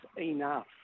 enough